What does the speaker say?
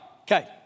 Okay